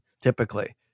Typically